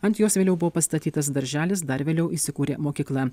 ant jos vėliau buvo pastatytas darželis dar vėliau įsikūrė mokykla